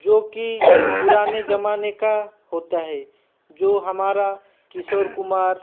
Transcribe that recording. जो कि पुराने जमाने का होता है जो हमारा किशोर कुमार